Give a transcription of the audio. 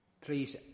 Please